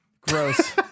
Gross